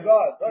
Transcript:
God